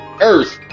earth